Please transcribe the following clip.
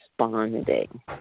responding